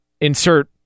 Insert